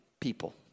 people